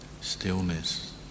stillness